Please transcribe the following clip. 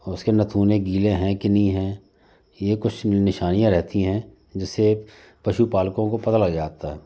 उसके नथुने गीले है कि नहीं है ये कुछ निशानियां रहती हैं जिससे पशु पालकों को पता लग जाता है